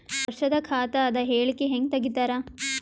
ವರ್ಷದ ಖಾತ ಅದ ಹೇಳಿಕಿ ಹೆಂಗ ತೆಗಿತಾರ?